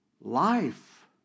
life